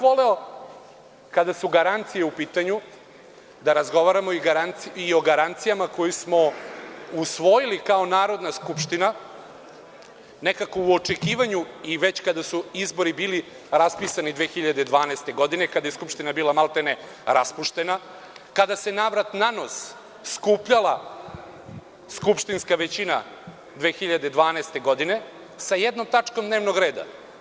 Voleo bih, kada su garancije u pitanju, da razgovaramo i o garancijama koje smo usvojili kao Narodna skupština nekako u očekivanju i već kada su izbori bili raspisani 2012. godine, kada je Skupština bila maltene raspuštena, kada se navrat-nanos skupljala skupštinska većina 2012. godine, sa jednom tačkom dnevnog reda.